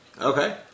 Okay